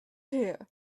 here